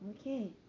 okay